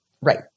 Right